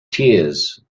tears